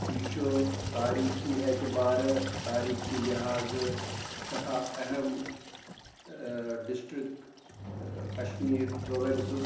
یہِ چھُ تٲریٖخی اعتبارٕ تٲریٖخی لِحاظہٕ سٮ۪ٹھاہ اہم ڈِسٹرٛک کشمیٖر پرٛووٮ۪نسُک